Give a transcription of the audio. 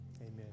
amen